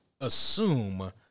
assume